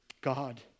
God